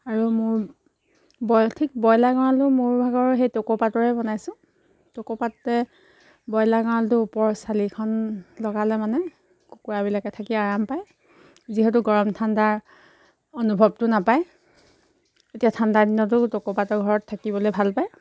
আৰু মোৰ বইল ঠিক ব্ৰইলাৰ গঁৰালো মোৰ ভাগৰ সেই টকৌপাতৰে বনাইছোঁ টকৌপাতে ব্ৰইলাৰ গঁৰালটোৰ ওপৰৰ চালিখন লগালে মানে কুকুৰাবিলাকে থাকি আৰাম পায় যিহেতু গৰম ঠাণ্ডাৰ অনুভৱটো নাপায় এতিয়া ঠাণ্ডা দিনতো টকৌপাতৰ ঘৰত থাকিবলৈ ভাল পায়